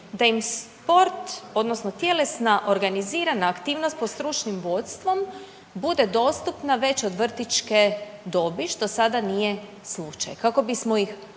da im sport odnosno tjelesna organizirana aktivnost pod stručnim vodstvom bude dostupna već od vrtićke dobi što sada nije slučaj kako bismo ih